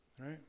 Right